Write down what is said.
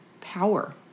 power